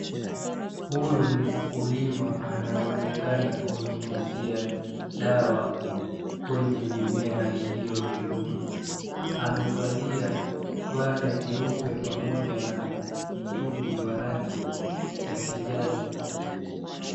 Huyu ni mkulima anaonekana kunyunyuzia dawa kwenye mimea iliyo midogo. Amevalia ganda jeupe pamoja na mtungi wa rangi ya kijani.